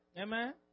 Amen